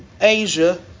Asia